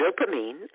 dopamine